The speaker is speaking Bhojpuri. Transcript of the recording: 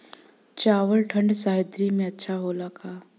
चावल ठंढ सह्याद्री में अच्छा होला का?